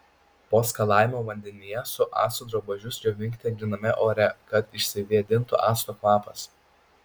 po skalavimo vandenyje su actu drabužius džiovinkite gryname ore kad išsivėdintų acto kvapas